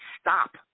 stop